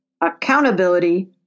accountability